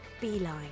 Beeline